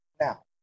Now